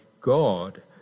God